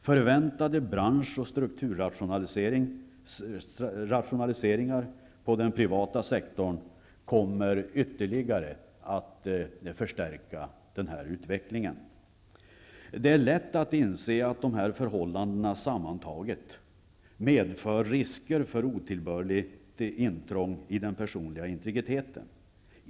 Förväntade bransch och strukturrationaliseringar på den privata sektorn kommer ytterligare att förstärka den utvecklingen. Det är lätt att inse att de här förhållandena sammantaget medför risker för otillbörligt intrång i den personliga integriteten.